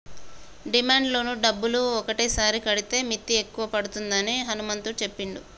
demand loan డబ్బులు ఒకటేసారి కడితే మిత్తి ఎక్కువ పడుతుందని హనుమంతు చెప్పిండు